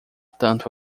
tanto